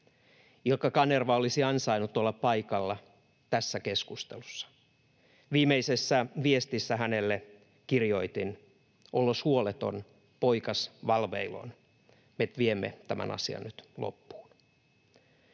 Ilkka Kanerva olisi ansainnut olla paikalla tässä keskustelussa. Viimeisessä viestissä hänelle kirjoitin: ”Ollos huoleton, poikas valveill’ on: me viemme tämän asian nyt loppuun.”